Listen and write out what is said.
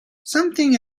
something